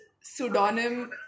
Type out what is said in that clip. pseudonym